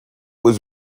was